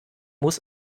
muss